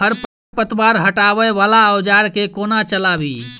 खरपतवार हटावय वला औजार केँ कोना चलाबी?